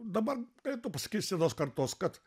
dabar gali tu pasakyt senos kartos kad